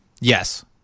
Yes